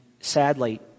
sadly